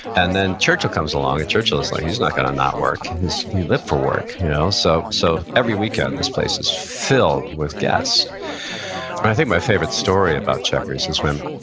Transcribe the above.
and then churchill comes along. and churchill is like, he's not gonna not work. and he lived for work you know, so so every weekend this place is filled with guests. and i think my favorite story about chequers is when